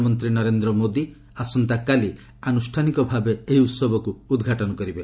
ପ୍ରଧାନମନ୍ତ୍ରୀ ନରେନ୍ଦ୍ର ମୋଦି ଆସନ୍ତାକାଲି ଆନୁଷାନିକ ଭାବେ ଉହବକୁ ଉଦ୍ଘାଟନ କରିବେ